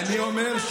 של נאור,